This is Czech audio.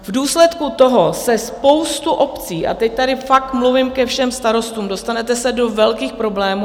V důsledku toho se spousta obcí a teď tady fakt mluvím ke všem starostům, dostanete se do velkých problémů.